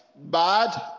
bad